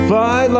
Fly